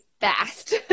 fast